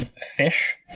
fish